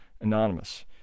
anonymous